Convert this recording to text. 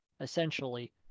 essentially